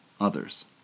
others